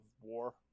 War